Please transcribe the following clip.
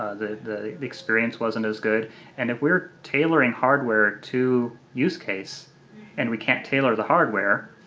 the experience wasn't as good and if we're tailoring hardware to use case and we can't tailor the hardware,